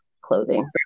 Clothing